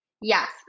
Yes